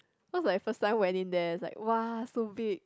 cause my first time went in there is like !wah! so big